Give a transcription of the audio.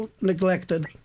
neglected